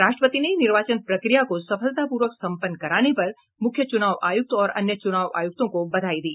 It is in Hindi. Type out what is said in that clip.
राष्ट्रपति ने निर्वाचन प्रक्रिया को सफलतापूर्वक सम्पन्न कराने पर मुख्य चुनाव आयुक्त और अन्य चुनाव आयुक्तों को बधाई दी